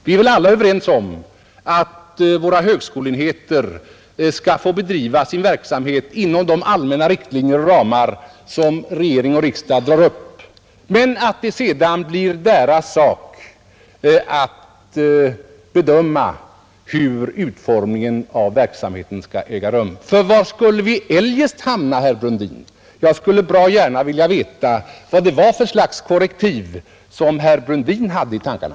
Vi är väl alla överens om att våra högskoleenheter skall få bedriva sin verksamhet inom de allmänna riktlinjer och ramar som regering och riksdag drar upp men att det sedan blir skolledningarnas sak att bedöma hur verksamheten bör utformas. Var skulle vi eljest hamna, herr Brundin? Jag skulle bra gärna vilja veta vad för slags korrektiv herr Brundin hade i tankarna.